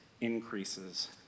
increases